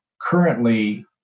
currently